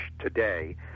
today